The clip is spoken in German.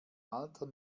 alter